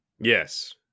Yes